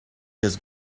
his